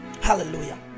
Hallelujah